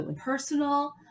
personal